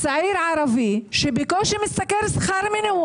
צעיר ערבי בקושי משתכר שכר מינימום.